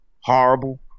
horrible